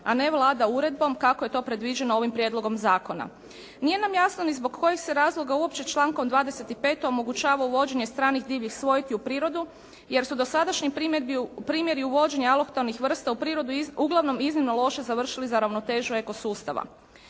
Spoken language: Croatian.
a ne Vlada uredbom kako je to predviđeno ovim prijedlogom zakona. Nije nam jasno ni zbog kojih se razloga uopće člankom 25. omogućava uvođenje stranih divljih sorti u prirodu jer su dosadašnji primjeri uvođenja alohtonih vrsta u prirodu uglavnom iznimno loše završili za ravnotežu eko sustava.